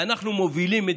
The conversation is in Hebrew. ואנחנו מובילים,